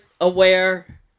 aware